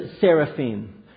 seraphim